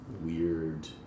weird